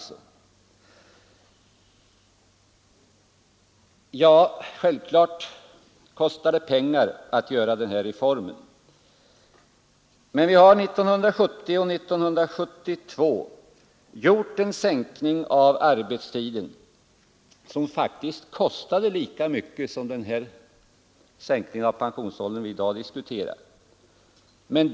Självfallet kostar det pengar att genomföra den här reformen. Men vi har 1970-1972 genomfört en sänkning av arbetstiden som faktiskt kostade lika mycket som den sänkning av pensionsåldern vi i dag diskuterar.